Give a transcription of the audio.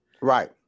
Right